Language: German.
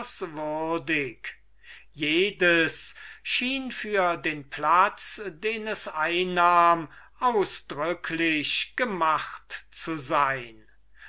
jedes schien für den platz den es einnahm ausdrücklich gemacht zu sein